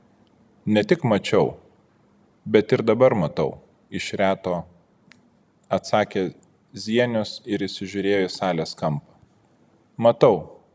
ne tik mačiau bet ir dabar matau iš reto atsakė zienius ir įsižiūrėjo į salės kampą matau